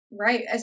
right